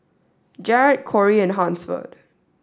Jarod Corie and Hansford